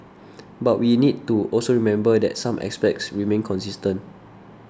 but we need to also remember that some aspects remain consistent